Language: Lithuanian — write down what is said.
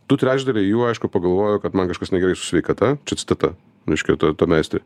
du trečdaliai jų aišku pagalvojo kad man kažkas negerai su sveikata čia citata reiškia ta ta meistrė